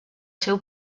seu